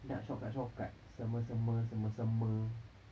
nak shortcut shortcut selesema selesema